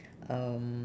um